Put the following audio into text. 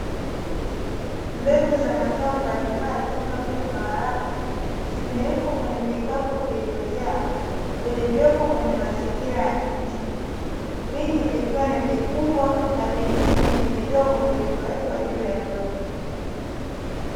Mbegu za mazao mbalimbali kama vile maharage, zimewekwa kwenye vikapu vilivyojaa vilivyopo kwenye mazingira ya nje. Vingi vikiwa ni vikubwa na vingine ni vidogo vilivyowekwa juu ya ndoo.